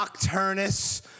Nocturnus